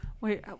wait